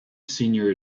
senior